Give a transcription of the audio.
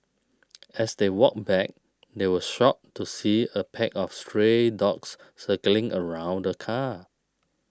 as they walked back they were shocked to see a pack of stray dogs circling around the car